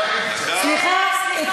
כשתעברו לתאגיד,